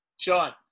Sean